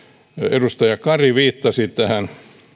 edustaja kari viittasi tähän